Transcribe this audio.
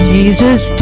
Jesus